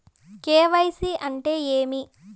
KYC అంటే ఏమి?